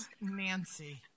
Nancy